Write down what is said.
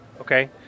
okay